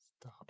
Stop